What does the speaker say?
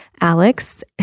Alex